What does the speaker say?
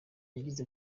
yagize